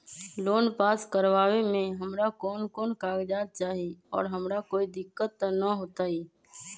Loan पास करवावे में हमरा कौन कौन कागजात चाही और हमरा कोई दिक्कत त ना होतई?